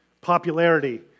Popularity